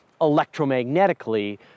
electromagnetically